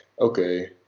okay